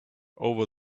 over